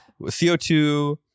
co2